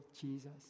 Jesus